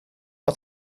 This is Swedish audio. att